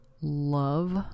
love